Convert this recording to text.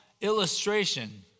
illustration